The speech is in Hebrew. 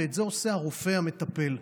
ואת זה עושה הרופא המטפל,